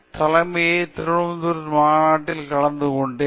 தலைமையில் திருவனந்தபுரத்தில் மாநாட்டில் கலந்துகொண்டேன்